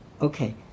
okay